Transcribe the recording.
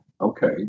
Okay